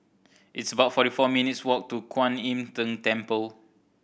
it's about forty four minutes' walk to Kuan Im Tng Temple